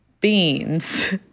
beans